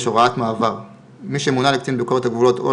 הוראת מעבר 5. מי שמונה לקצין ביקורת הגבולות או